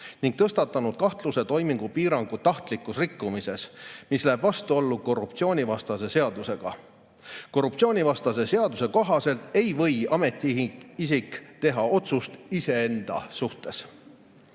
ning tõstatanud kahtluse toimingupiirangu tahtlikus rikkumises, mis läheb vastuollu korruptsioonivastase seadusega. Korruptsioonivastase seaduse kohaselt ei või ametiisik teha otsust iseenda suhtes.